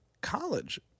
college